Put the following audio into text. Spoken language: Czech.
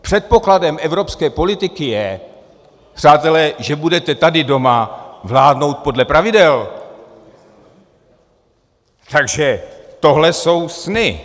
Předpokladem evropské politiky je, přátelé, že budete tady doma vládnout podle pravidel, takže tohle jsou sny.